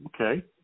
Okay